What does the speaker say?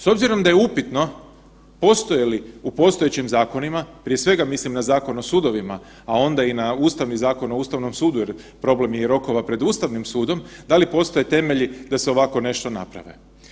S obzirom da je upitno postoje li u postojećim zakonima, prije svega mislim na Zakon o sudovima, a onda i na Ustavni Zakon o Ustavnom sudu jer problem je i rokova pred Ustavnim sudom, da li postoje temelji da se ovako nešto napravi.